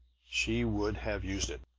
she would have used it.